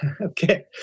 Okay